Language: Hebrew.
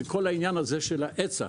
שכל העניין הזה של ההיצע,